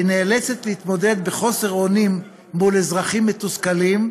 היא נאלצת להתמודד בחוסר אונים מול אזרחים מתוסכלים,